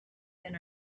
than